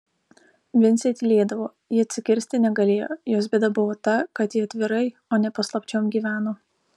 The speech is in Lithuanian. vincė tylėdavo ji atsikirsti negalėjo jos bėda buvo ta kad ji atvirai o ne paslapčiom gyveno